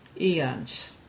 Eons